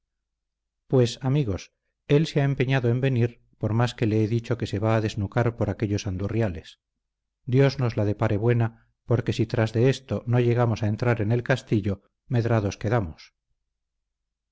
pues amigos él se ha empeñado en venir por más que le he dicho que se va a desnucar por aquellos andurriales dios nos la depare buena porque si tras de esto no llegamos a entrar en el castillo medrados quedamos